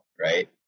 Right